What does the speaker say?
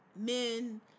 men